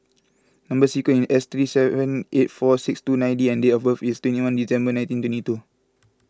Number Sequence is S three seven eight four six two nine D and date of birth is twenty one December nineteen twenty two